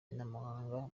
n’amahanga